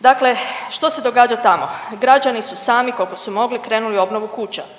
Dakle što se događa tamo? Građani su sami koliko su mogli krenuli u obnovu kuća,